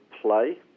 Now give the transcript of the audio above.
play